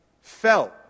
felt